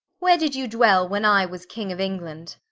where did you dwell when i was k ing. of england?